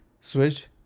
switch